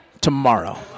tomorrow